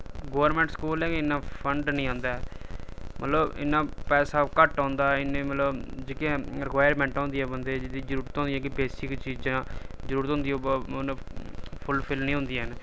government स्कूलें गी इन्ना फंड निं औंदा ऐ मतलब इन्ना पैसा घट्ट औंदा इन्ने मतलब जेह्कियां रिक्वायरमैंटा होंदियां बंदे ई जेह्दी जरूरत होंदी ऐ कि बेसिक चीजां जरूरत होंदी ओह् न फुलफिल निं होंदियां हैन